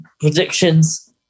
predictions